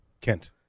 Kent